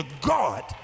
God